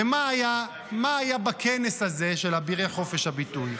ומה היה בכנס הזה של אבירי חופש הביטוי?